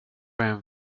hem